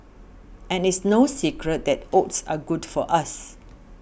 and it's no secret that oats are good for us